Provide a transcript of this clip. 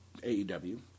AEW